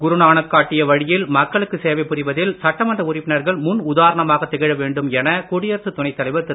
குருநானக் காட்டிய வழியில் மக்களுக்கு சேவை புரிவதில் சட்டமன்ற உறுப்பினர்கள் முன் உதாரணமாக திகழ வேண்டும் என குடியரசுத் துணைத் தலைவர் திரு